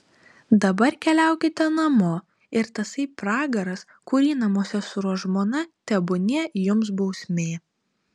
dabar keliaukite namo ir tasai pragaras kurį namuose suruoš žmona tebūnie jums bausmė